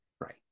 Right